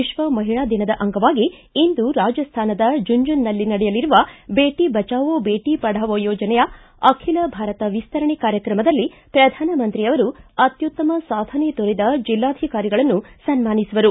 ವಿಶ್ವ ಮಹಿಳಾ ದಿನದ ಅಂಗವಾಗಿ ಇಂದು ರಾಜಸ್ತಾನದ ಝಂಝನು ನಲ್ಲಿ ನಡೆಯಲಿರುವ ಬೇಟಿ ಬಚಾವೋ ಬೇಟಿ ಪಡಾವೋ ಯೋಜನೆಯ ಅಖಿಲ ಭಾರತ ವಿಸ್ತರಣೆ ಕಾರ್ಯಕ್ರಮದಲ್ಲಿ ಪ್ರಧಾನಮಂತ್ರಿಯವರು ಅತ್ಯುತ್ತಮ ಸಾಧನೆ ತೋರಿದ ಜಿಲ್ಲಾಧಿಕಾರಿಗಳನ್ನು ಸನ್ನಾನಿಸುವರು